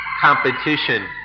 competition